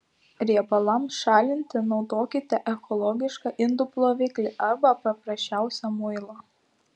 riebalams šalinti naudokite ekologišką indų ploviklį arba paprasčiausią muilą